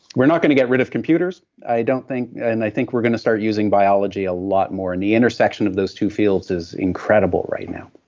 we're not going to get rid of computers, i don't think. and i think we're going to start using biology a lot more and the intersection of those two fields is incredible right now.